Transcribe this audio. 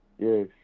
Yes